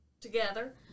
together